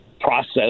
process